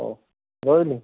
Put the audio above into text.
ହଉ ରହିଲି